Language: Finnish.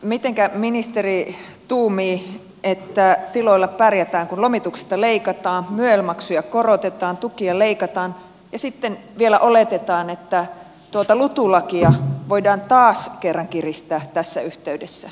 mitenkä ministeri tuumii että tiloilla pärjätään kun lomituksista leikataan myel maksuja korotetaan tukia leikataan ja sitten vielä oletetaan että tuota lutu lakia voidaan taas kerran kiristää tässä yhteydessä